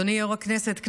אדוני יושב-ראש הישיבה,